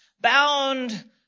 bound